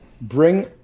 Bring